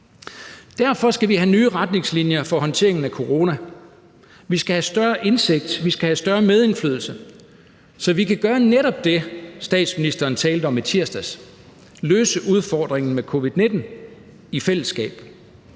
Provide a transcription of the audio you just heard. Derfor skal vi have nye retningslinjer for håndteringen af corona. Vi skal have større indsigt, og vi skal have større medindflydelse, så vi kan gøre netop det, statsministeren talte om i tirsdags: løse udfordringen med covid-19 i fællesskab.